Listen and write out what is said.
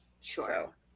Sure